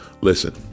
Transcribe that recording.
Listen